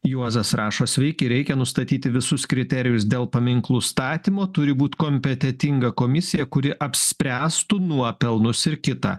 juozas rašo sveiki reikia nustatyti visus kriterijus dėl paminklų statymo turi būt kompetentinga komisija kuri apspręstų nuopelnus ir kita